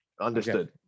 Understood